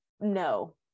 No